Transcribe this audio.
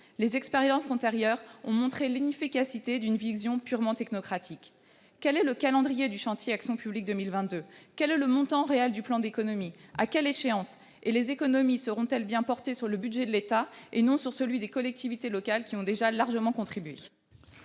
Les expériences antérieures ont montré l'inefficacité d'une vision purement technocratique. Quel est le calendrier du chantier Action Publique 2022 ? Quel est le montant réel du plan d'économies ? À quelle échéance ? Les économies porteront-elles sur le budget de l'État ou sur celui des collectivités locales, qui ont déjà largement contribué ?